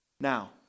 Now